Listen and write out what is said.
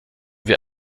wir